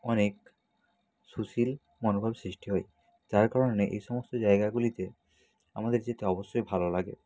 অনেক সুশীল মনোভাব সৃষ্টি হয় যার কারণে এসমস্ত জায়গাগুলিতে আমাদের যেতে অবশ্যই ভালো লাগে